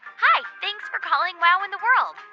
hi. thanks for calling wow in the world.